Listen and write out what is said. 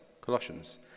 Colossians